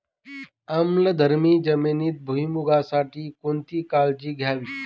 आम्लधर्मी जमिनीत भुईमूगासाठी कोणती काळजी घ्यावी?